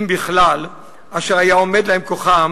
אם בכלל, אשר היה עומד להם כוחם